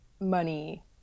money